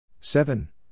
Seven